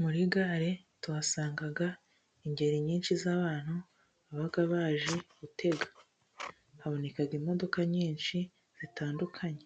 Muri gare tuhasanga ingeri nyinshi z'abantu baba baje gutega, haboneka imodoka nyinshi zitandukanye.